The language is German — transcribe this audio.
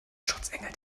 schutzengel